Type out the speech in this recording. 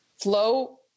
flow